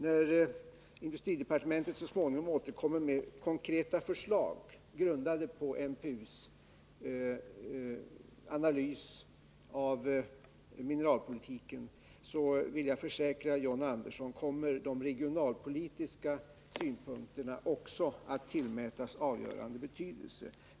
Jag kan försäkra John Andersson att även de regionalpolitiska synpunkterna kommer att tillmätas avgörande betydelse, när industridepartementet så småningom återkommer med konkreta förslag grundade på MPU:s analys av mineralpolitiken.